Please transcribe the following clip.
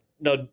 now